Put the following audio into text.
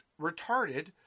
retarded